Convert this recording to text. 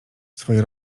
swoje